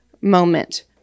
moment